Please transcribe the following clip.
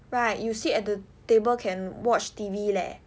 right you sit at the table can watch T_V leh